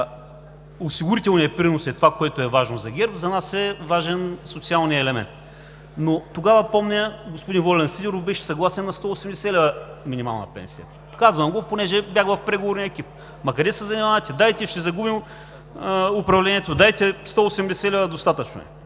Осигурителният принос е това, което е важно за ГЕРБ, за нас е важен социалният елемент. Но тогава помня, че господин Волен Сидеров беше съгласен на 180 лв. минимална пенсия – казвам го, понеже бях в преговорния екип: „Ама, къде ще се занимавате? Дайте, ще загубим управлението. Дайте 180 лв. Достатъчно е!“